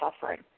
suffering